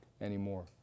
anymore